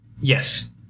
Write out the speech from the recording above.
Yes